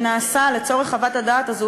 שנעשה לצורך חוות הדעת הזו,